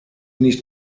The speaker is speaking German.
nicht